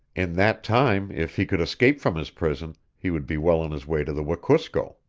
in that time, if he could escape from his prison, he would be well on his way to the wekusko.